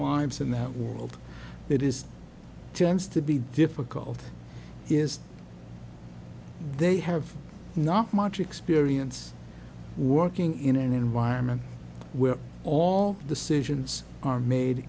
it's in that world that is tends to be difficult is they have not much experience working in an environment where all the sessions are made